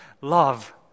love